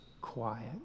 quiet